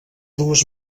dues